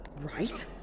Right